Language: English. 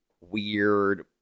weird